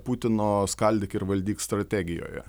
putino skaldyk ir valdyk strategijoje